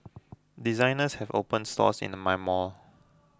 designers have opened stores into my mall